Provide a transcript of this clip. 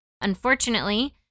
Unfortunately